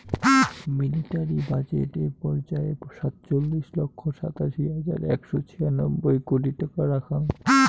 military budget এ পর্যায়ে সাতচল্লিশ লক্ষ সাতাশি হাজার একশো ছিয়ানব্বই কোটি টাকা রাখ্যাং